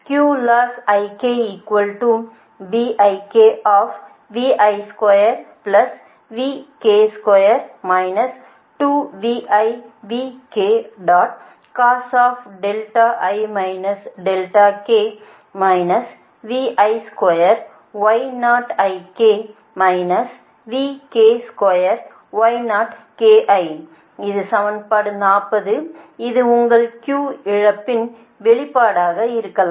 எனவே இது சமன்பாடு 40 இது உங்கள் Q இழப்பின் வெளிப்பாடாக இருக்கலாம்